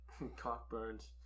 cockburns